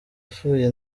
apfuye